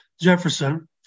Jefferson